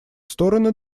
стороны